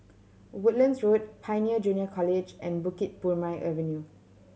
Woodlands Road Pioneer Junior College and Bukit Purmei Avenue